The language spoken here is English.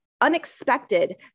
unexpected